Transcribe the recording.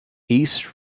east